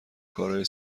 کارای